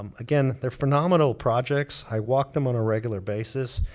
um again, they're phenomenal projects. i walk them on a regular basis.